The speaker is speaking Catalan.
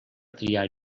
triar